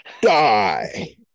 Die